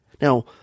Now